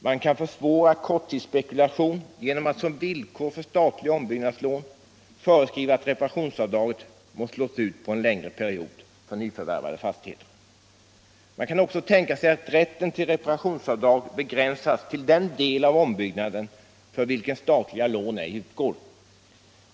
Man kan försvåra korttidsspekulation genom att som villkor för statliga ombyggnadslån föreskriva att reparationsavdraget måste slås ut på en längre tid för nyförvärvade fastigheter. Man kan också tänka sig att rätten till reparationsavdrag begränsas till den del av ombyggnaden för vilken statliga lån ej utgår.